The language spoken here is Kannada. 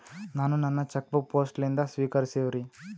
ನಾನು ನನ್ನ ಚೆಕ್ ಬುಕ್ ಪೋಸ್ಟ್ ಲಿಂದ ಸ್ವೀಕರಿಸಿವ್ರಿ